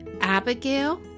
Abigail